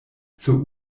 zur